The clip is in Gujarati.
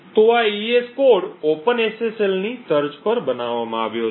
તો આ AES કોડ Open SSL ની તર્જ પર બનાવવામાં આવ્યો છે